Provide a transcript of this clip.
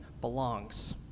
belongs